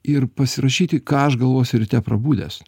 ir pasirašyti ką aš galvosiu ryte prabudęs